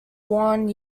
worn